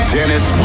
Dennis